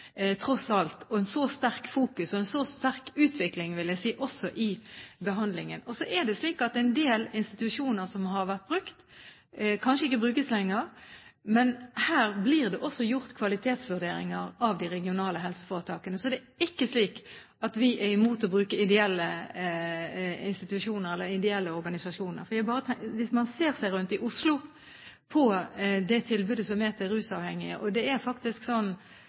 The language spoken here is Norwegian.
så sterkt fokus og en så sterk utvikling, vil jeg også si, i behandlingen. Så er det slik at en del institusjoner som har vært brukt, kanskje ikke brukes lenger. Men her blir det også gjort kvalitetsvurderinger av de regionale helseforetakene. Så det er ikke slik at vi er imot å bruke ideelle institusjoner eller ideelle organisasjoner. Hvis man ser seg rundt i Oslo på det tilbudet som er til rusavhengige, er det faktisk sånn.